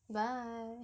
bye